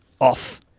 off